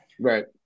Right